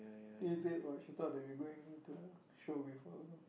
eh date what she thought that we going to the show with her also